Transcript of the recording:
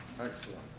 Excellent